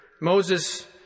Moses